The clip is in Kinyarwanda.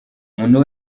umuntu